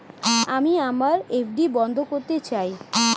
আমি আমার এফ.ডি বন্ধ করতে চাই